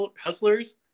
hustlers